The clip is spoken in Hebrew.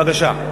בבקשה.